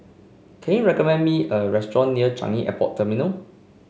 can you recommend me a restaurant near Changi Airport Terminal